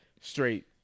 straight